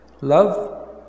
love